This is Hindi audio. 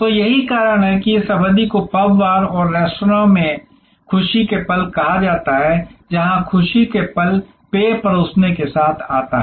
तो यही कारण है कि इस अवधि को पब बार और रेस्तरां में खुशी के पल कहा जाता है जहां खुशी के पल पेय परोसने के साथ आता है